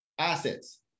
Assets